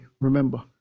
Remember